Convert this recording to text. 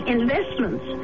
Investments